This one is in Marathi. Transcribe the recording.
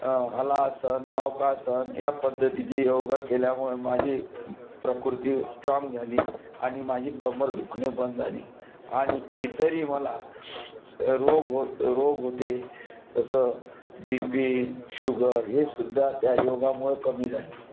हलासन नौकासन या पद्धतीचे योग केल्यामुळे माझी प्रकृती स्ट्राँग झाली आणि माझी कंबर दुखणे बंद झाली आणि इतरही मला रोग होत रोग होते जसं बी पी शुगर हेसुद्धा त्या योगामुळं कमी झाले